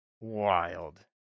wild